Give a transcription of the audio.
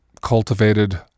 cultivated